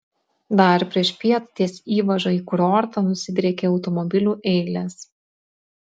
dar priešpiet ties įvaža į kurortą nusidriekė automobilių eilės